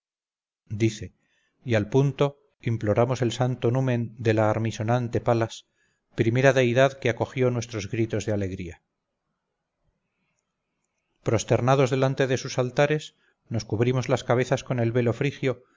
dice y al punto imploramos el santo numen de la armisonante palas primera deidad que acogió nuestros gritos de alegría prosternados delante de sus altares nos cubrimos las cabezas con el velo frigio